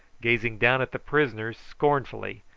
gazing down at the prisoners scornfully,